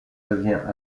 devient